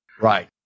Right